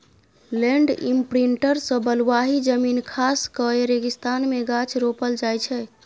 land imprinter सँ बलुआही जमीन खास कए रेगिस्तान मे गाछ रोपल जाइ छै